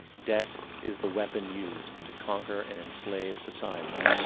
debt is the weapon used and to conquer and enslave societies,